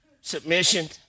submission